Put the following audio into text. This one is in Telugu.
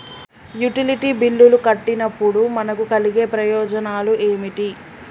యుటిలిటీ బిల్లులు కట్టినప్పుడు మనకు కలిగే ప్రయోజనాలు ఏమిటి?